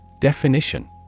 Definition